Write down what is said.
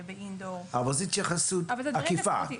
זו התייחסות עקיפה.